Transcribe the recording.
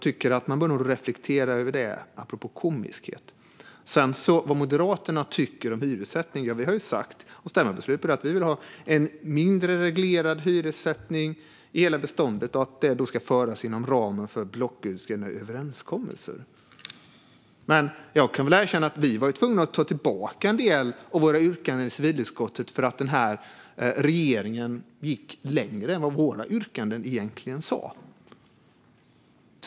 Man bör nog reflektera över detta, apropå vad som är komiskt. När det gäller vad Moderaterna tycker om hyressättning har vi sagt och har stämmobeslut på att vi vill ha en mindre reglerad hyressättning i hela beståndet och att det ska genomföras inom ramen för blocköverskridande överenskommelser. Men jag kan erkänna att vi blev tvungna att ta tillbaka en del av våra yrkanden i civilutskottet därför att regeringen gick längre än vad våra yrkanden gjorde.